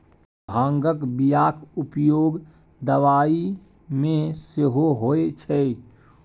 भांगक बियाक उपयोग दबाई मे सेहो होए छै